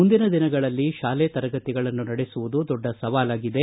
ಮುಂದಿನ ದಿನಗಳಲ್ಲಿ ಶಾಲೆ ತರಗತಿಗಳನ್ನು ನಡೆಸುವುದು ದೊಡ್ಡ ಸವಾಲಾಗಿದೆ